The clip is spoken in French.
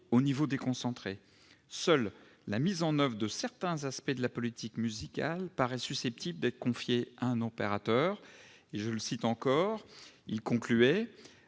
au niveau déconcentré. Seule la mise en oeuvre de certains aspects de la politique musicale paraît susceptible d'être confiée à un opérateur. [...] À l'avenir, ces